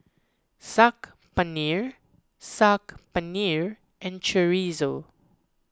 Saag Paneer Saag Paneer and Chorizo